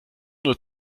nur